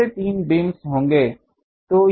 ऐसे तीन बीम्स होंगे